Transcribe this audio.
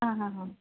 हा हा हा